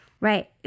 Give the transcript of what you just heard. Right